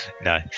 No